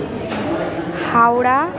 Howrah